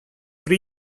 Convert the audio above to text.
pre